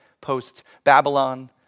post-Babylon